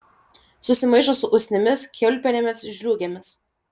susimaišo su usnimis kiaulpienėmis žliūgėmis